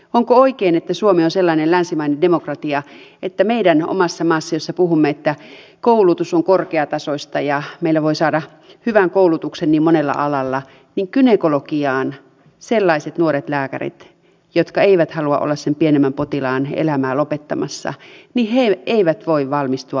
onko oikein että suomi on sellainen länsimainen demokratia että meidän omassa maassamme jossa puhumme että koulutus on korkeatasoista ja meillä voi saada hyvän koulutuksen niin monella alalla sellaiset gynekologiaan erikoistuvat nuoret lääkärit jotka eivät halua olla sen pienemmän potilaan elämää lopettamassa eivät voi valmistua ammattiin suomessa